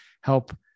help